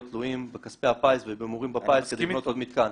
תלויים בכספי הפיס ובהימורים בפיס כדי לקנות עוד מתקן.